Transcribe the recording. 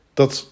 dat